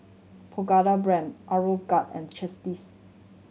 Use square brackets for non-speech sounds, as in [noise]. Pagoda Brand Aeroguard and [unintelligible]